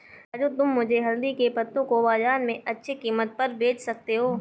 राजू तुम मुझे हल्दी के पत्तों को बाजार में अच्छे कीमत पर बेच सकते हो